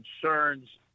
concerns